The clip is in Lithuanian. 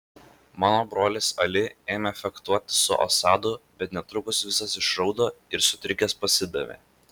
mano brolis ali ėmė fechtuotis su asadu bet netrukus visas išraudo ir sutrikęs pasidavė